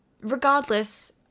regardless